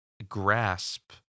grasp